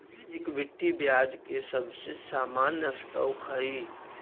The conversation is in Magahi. इक्विटी ब्याज के सबसे सामान्य स्टॉक हई